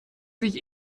sich